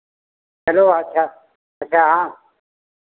चलो अच्छा अच्छा हाँ